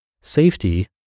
safety